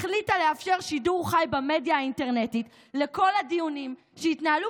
החליטה לאפשר שידור חי במדיה האינטרנטית של כל הדיונים שהתנהלו